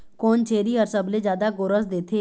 कोन छेरी हर सबले जादा गोरस देथे?